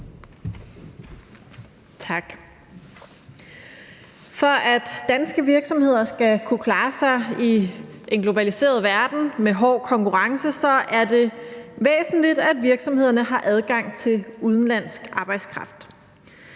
Tak. For at danske virksomheder skal kunne klare sig i en globaliseret verden med hård konkurrence, er det væsentligt, at virksomhederne har adgang til udenlandsk arbejdskraft.